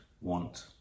want